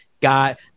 got